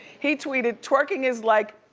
he tweeted, twerking is like,